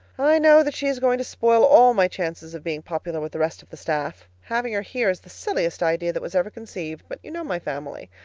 i know that she is going to spoil all my chances of being popular with the rest of the staff. having her here is the silliest idea that was ever conceived, but you know my family.